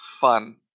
fun